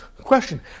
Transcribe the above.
question